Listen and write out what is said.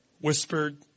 whispered